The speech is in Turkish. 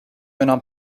önem